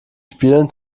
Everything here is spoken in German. spielen